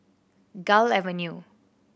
Gul Avenue